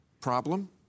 Problem